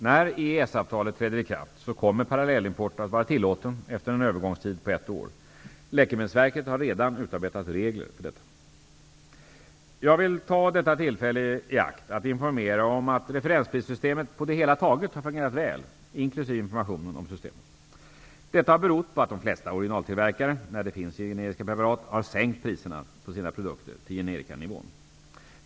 När EES-avtalet träder i kraft kommer parallellimport att vara tillåten efter en övergångstid på ett år. Läkemedelsverket har redan utarbetat regler för detta. Jag vill ta detta tillfälle i akt och informera om att referensprissystemet på det hela taget har fungerat väl, inkl. informationen om systemet. Detta har berott på att de flesta originaltillverkare, när det finns generiska preparat, har sänkt priserna på sina produkter till generikanivån.